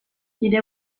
nire